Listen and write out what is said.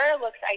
looks